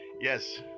Yes